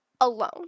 alone